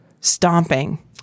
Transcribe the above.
stomping